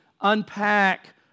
unpack